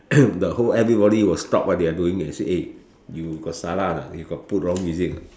the whole everybody will stop what they are doing and say eh you got salah or not you got put wrong music or not